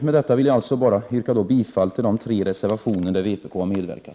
Med detta vill jag återigen yrka bifall till de tre reservationer till vilka vpk har medverkat.